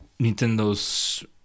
Nintendo's